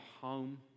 home